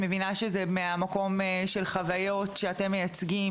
אני מבינה שאתם מספרים את החוויות שלכם,